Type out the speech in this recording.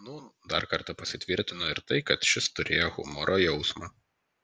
nūn dar kartą pasitvirtino ir tai kad šis turėjo humoro jausmą